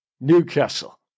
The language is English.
Newcastle